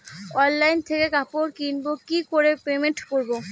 Online থেকে কাপড় কিনবো কি করে পেমেন্ট করবো?